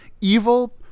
Evil